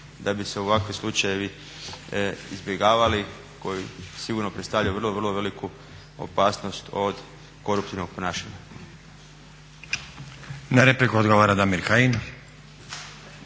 da bi se ovakvi slučajevi izbjegavali koji sigurno predstavljaju vrlo, vrlo veliku opasnost od koruptivnog ponašanja. **Stazić, Nenad (SDP)** Na